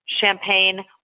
Champagne